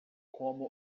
como